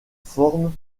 forme